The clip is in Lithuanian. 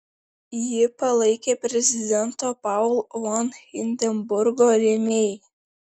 jį palaikė prezidento paulo von hindenburgo rėmėjai